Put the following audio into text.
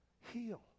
heal